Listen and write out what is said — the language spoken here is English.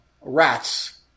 Rats